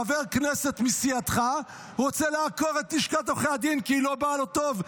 חבר כנסת מסיעתך רוצה לעקור את לשכת עורכי הדין כי היא לא באה לו טוב,